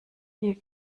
die